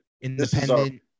independent